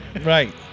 Right